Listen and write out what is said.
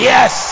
Yes